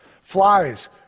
Flies